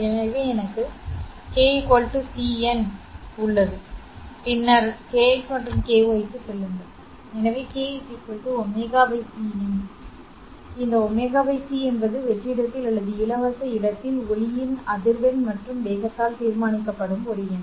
எனவே எனக்கு k cnc உள்ளது பின்னர் kx மற்றும் ky க்குச் செல்லுங்கள் எனவே k ω c n இந்த ω c என்பது வெற்றிடத்தில் அல்லது இலவச இடத்தில் ஒளியின் அதிர்வெண் மற்றும் வேகத்தால் தீர்மானிக்கப்படும் ஒரு எண்